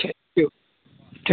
thank you thank